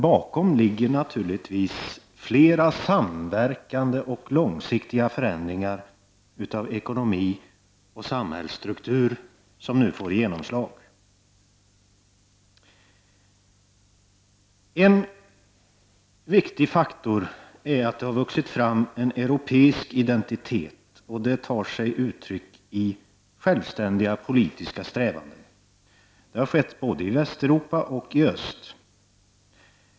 Bakom ligger naturligtvis flera samverkande och långsiktiga förändringar av ekonomi och samhällsstruktur som nu får genomslag. En viktig faktor är att det har vuxit fram en europeisk identitet som tar sig uttryck i självständiga politiska strävanden. Det har skett både i Västoch Östeuropa.